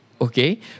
Okay